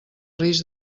risc